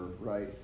right